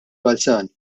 balzan